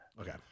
Okay